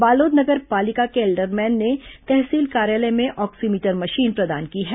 बालोद नगर पालिका के एल्डरमैन ने तहसील कार्यालय में ऑक्सीमीटर मशीन प्रदान की है